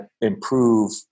improve